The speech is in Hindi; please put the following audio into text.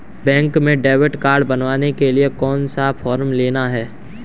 बैंक में डेबिट कार्ड बनवाने के लिए कौन सा फॉर्म लेना है?